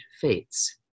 fates